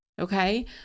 Okay